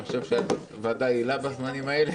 אני חושב שהוועדה יעילה בזמנים האלה.